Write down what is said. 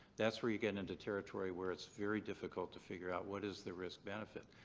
that's where you get into territory where it's very difficult to figure out, what is the risk-benefit?